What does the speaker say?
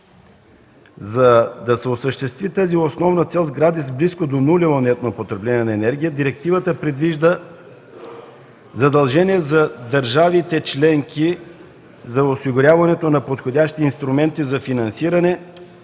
За да се осъществи тази основна цел в сгради с близко до нулево потребление на енергия, директивата предвижда задължение за държавите членки за осигуряването на подходящи инструменти за финансиране